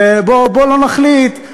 בואו לא נחליט,